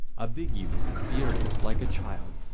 a big youth, beardless like a child,